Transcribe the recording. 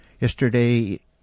yesterday